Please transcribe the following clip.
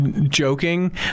joking